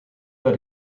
per